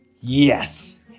Yes